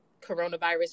coronavirus